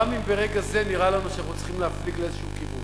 גם אם ברגע זה נראה לנו שאנחנו צריכים להפליג לאיזה כיוון,